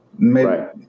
right